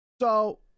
So-